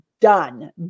done